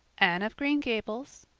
anne of green gables,